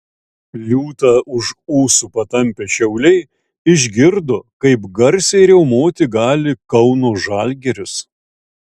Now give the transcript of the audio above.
liūtą už ūsų patampę šiauliai išgirdo kaip garsiai riaumoti gali kauno žalgiris